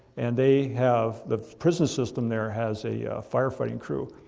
and they have the prison system there has a firefighting crew.